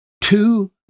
two